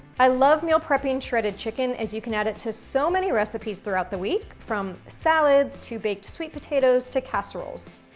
i love meal prepping shredded chicken, as you can add it to so many recipes throughout the week, from salads, to baked sweet potatoes, to casseroles.